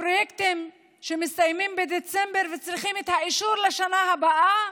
הפרויקטים שמסתיימים בדצמבר וצריכים את האישור לשנה הבאה,